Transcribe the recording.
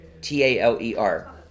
T-A-L-E-R